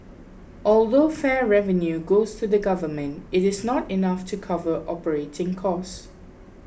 although fare revenue goes to the government it is not enough to cover operating costs